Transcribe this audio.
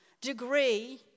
degree